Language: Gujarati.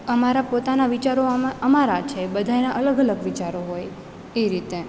અમારા પોતાના વિચારો અમારા છે બધાયના અલગ અલગ વિચારો હોય એ રીતે